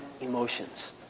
emotions